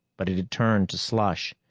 but it had turned to slush,